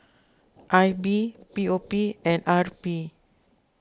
I B P O P and R P